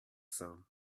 some